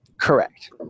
Correct